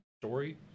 story